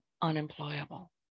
unemployable